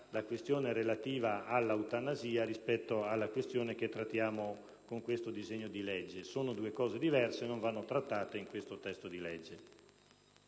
la questione relativa alla eutanasia da quella che trattiamo con questo disegno di legge: sono due cose diverse e non vanno trattate in questo testo.